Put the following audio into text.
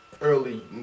early